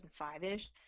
2005-ish